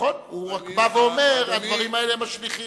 הוא רק בא ואומר, הדברים האלה משליכים,